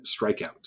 strikeouts